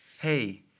hey